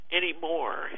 anymore